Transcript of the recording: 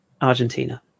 Argentina